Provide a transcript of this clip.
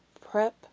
prep